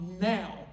now